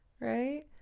Right